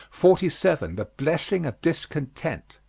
forty seven. the blessing of discontent.